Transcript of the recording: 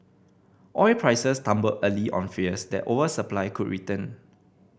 oil prices tumbled early on fears that oversupply could return